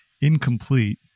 incomplete